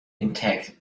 intact